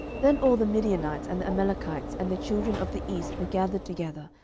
then all the midianites and the amalekites and the children of the east were gathered together,